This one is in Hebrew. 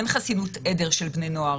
אין חסינות עדר של בני נוער.